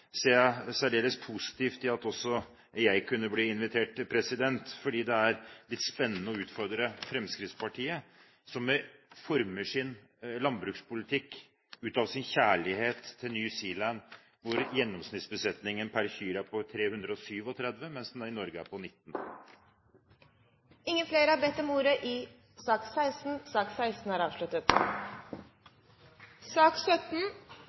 så ser jeg det som særdeles positivt om også jeg kunne bli invitert, for det er litt spennende å utfordre Fremskrittspartiet, som former sin landbrukspolitikk ut fra sin kjærlighet til New Zealand, hvor gjennomsnittsbesetningen på kyr er på 337, mens den i Norge er på 19. Flere har ikke bedt om ordet til sak nr. 16.